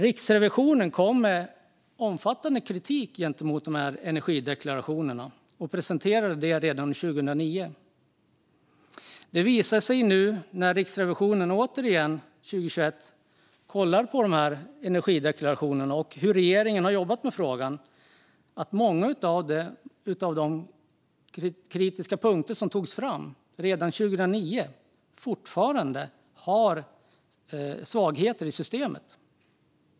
Riksrevisionen presenterade omfattande kritik mot energideklarationerna redan 2009. Det visar sig nu, 2021, när Riksrevisionen återigen har kollat på energideklarationerna och hur regeringen har jobbat med frågan att många av de kritiska punkter som togs fram redan 2009 fortfarande är aktuella och visar på svagheter i systemet.